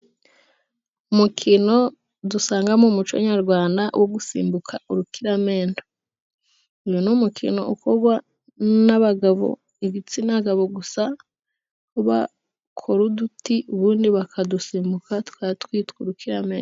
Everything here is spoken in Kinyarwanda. Umukino dusanga m'umuco Nyarwanda wo gusimbuka urukiramende . Uyu ni umukino ukorwa n'abagabo ibitsina gabo gusa bakora uduti ubundi bakadusimbuka tukaba twitwa urukiramende.